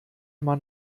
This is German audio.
man